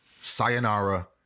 Sayonara